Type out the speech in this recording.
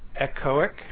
echoic